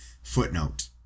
footnote